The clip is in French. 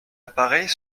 apparaît